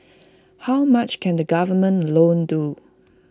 how much can the government alone do